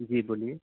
جی بولیے